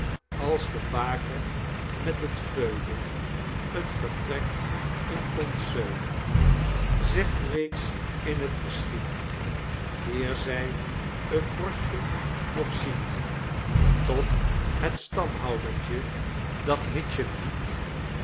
als de baker met t veulen t vertrek in komt zeulen zegt reeds in t verschiet eer zy t borstjen nog ziet tot het stamhouertjen dat hitjen hiet